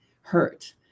hurt